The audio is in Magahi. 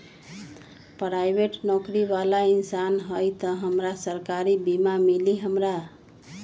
पराईबेट नौकरी बाला इंसान हई त हमरा सरकारी बीमा मिली हमरा?